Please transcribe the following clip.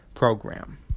program